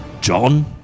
John